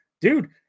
dude